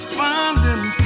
finding